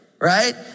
right